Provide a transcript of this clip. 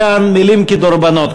אמרת כאן מילים כדרבונות,